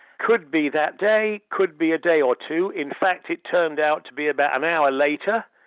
could be that day, could be a day or two, in fact it turned out to be about an hour later.